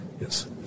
Yes